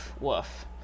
woof